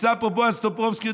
נמצא פה בועז טופורובסקי,